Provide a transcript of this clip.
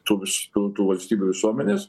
tų visų tų valstybių visuomenes